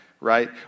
Right